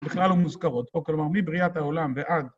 בכלל לא מוזכרות, כלומר, מבריאת העולם ועד.